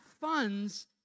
funds